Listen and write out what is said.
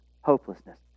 Hopelessness